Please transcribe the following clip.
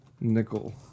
Nickel